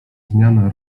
zmiana